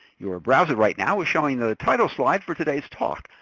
your browser right now is showing the title slide for today's talk.